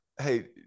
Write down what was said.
hey